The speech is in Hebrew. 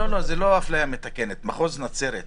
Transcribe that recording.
לא לא, לא אפליה מתקנת, על מחוז נצרת.